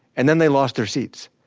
and then they lost their seats.